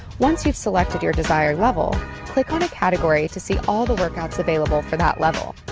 once you've selected your desired level click on a category to see all the workouts available for that level